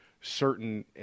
certain